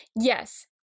Yes